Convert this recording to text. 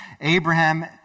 Abraham